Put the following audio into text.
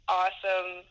awesome